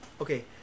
Okay